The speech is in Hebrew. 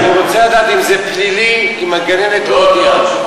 אני רוצה לדעת אם זה פלילי אם הגננת לא הודיעה.